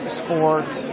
sports